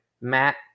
Matt